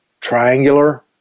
triangular